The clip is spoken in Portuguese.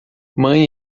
mãe